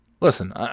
listen